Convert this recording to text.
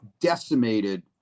decimated